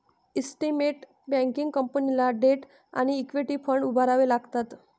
investment banking कंपनीला debt आणि equity fund उभारावे लागतात